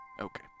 Okay